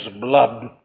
blood